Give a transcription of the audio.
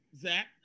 Zach